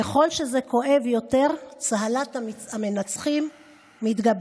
ככל שזה כואב יותר, צהלת המנצחים מתגברת.